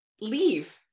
leave